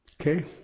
Okay